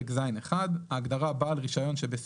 לפי העניין"; אזור שירות הוא אזור שבו חלה